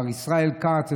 מר ישראל כץ,